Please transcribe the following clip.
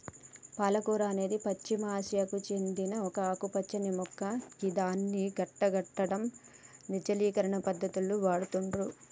పాలకూర అనేది పశ్చిమ ఆసియాకు సేందిన ఒక ఆకుపచ్చని మొక్క గిదాన్ని గడ్డకట్టడం, నిర్జలీకరణ పద్ధతులకు వాడుతుర్రు